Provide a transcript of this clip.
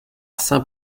saint